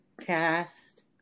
cast